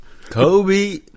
Kobe